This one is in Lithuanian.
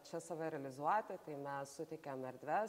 čia save realizuoti tai mes suteikiam erdves